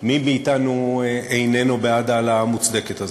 מי מאתנו איננו בעד ההעלאה המוצדקת הזאת.